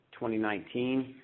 2019